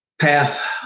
path